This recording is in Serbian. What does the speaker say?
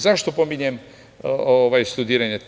Zašto pominjem studiranje?